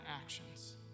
actions